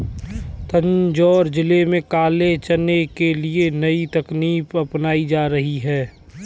तंजौर जिले में काले चने के लिए नई तकनीकें अपनाई जा रही हैं